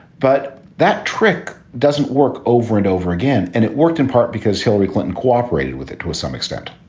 but that trick doesn't work. over and over again. and it worked in part because hillary clinton cooperated with it to some extent.